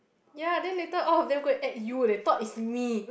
ya then later all of them go and add you they thought is me